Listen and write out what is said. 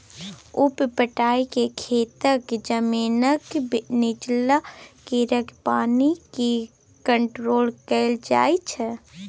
उप पटाइ मे खेतक जमीनक नीच्चाँ केर पानि केँ कंट्रोल कएल जाइत छै